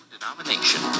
Denomination